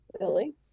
silly